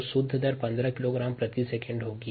तो शुद्ध दर 15 किलोग्राम प्रति सेकंड होगी